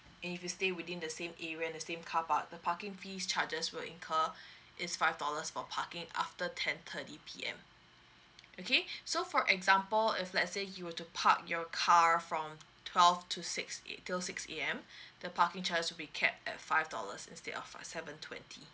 if you stay within the same area and the same car park the parking fees charges will incur it's five dollars for parking after ten thirty P_M okay so for example if let's say you were to park your car from twelve to six A till six A_M the parking charges will be capped at five dollars instead of uh seven twenty